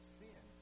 sin